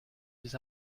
his